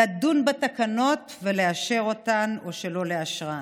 לדון בתקנות ולאשר אותן או שלא לאשרן.